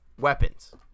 weapons